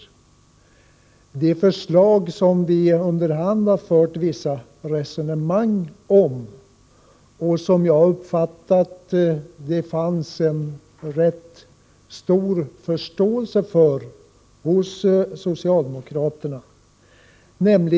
Det är ett förslag som vi under hand har fört vissa resonemang om och för vilket det, som jag har uppfattat saken, funnits en rätt stor förståelse hos socialdemokraterna.